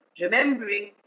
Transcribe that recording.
remembering